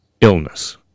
illness